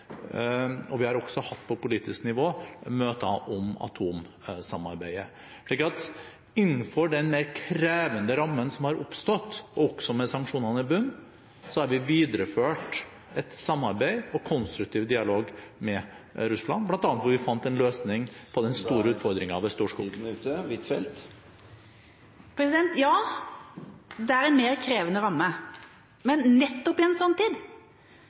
Vi har også på politisk nivå hatt møter om atomsamarbeidet. Så innenfor den mer krevende rammen som har oppstått, og også med sanksjonene i bunn, har vi videreført et samarbeid og en konstruktiv dialog med Russland, hvor vi bl.a. fant en løsning på den store utfordringen ved Storskog. Ja, det er en mer krevende ramme. Men nettopp i en slik tid